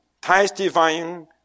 testifying